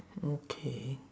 okay